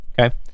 Okay